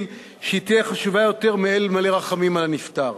שהיא תהיה חשובה יותר מ"אל מלא רחמים" על הנפטר.